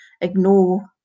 ignore